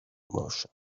merchant